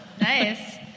Nice